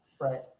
right